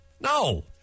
No